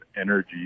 energy